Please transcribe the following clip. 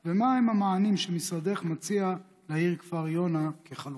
3. מהם המענים שמשרדך מציע לעיר כפר יונה כחלופה?